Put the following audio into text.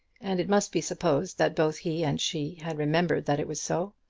and it must be supposed that both he and she had remembered that it was so.